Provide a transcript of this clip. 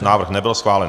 Návrh nebyl schválen.